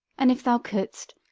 an if thou couldst,